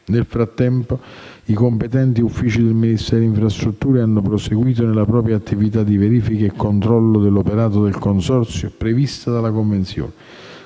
Nel frattempo, i competenti uffici del Ministero delle infrastrutture e dei trasporti hanno proseguito nella propria attività di verifica e controllo dell'operato del Consorzio prevista dalla convenzione,